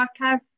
podcast